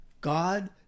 God